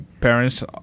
parents